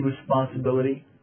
responsibility